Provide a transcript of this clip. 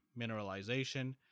mineralization